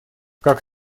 как